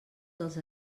dels